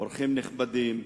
אורחים נכבדים,